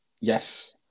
Yes